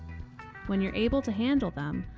when you're able to handle them,